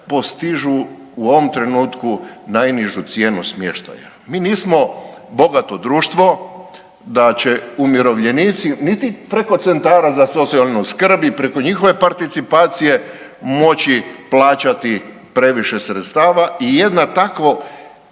postižu u ovom trenutku najnižu cijenu smještaja. Mi nismo bogato društvo da će umirovljenici, niti preko centara za socijalnu skrb i preko njihove participacije moći plaćati previše sredstava i jedna tako